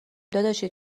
داداشی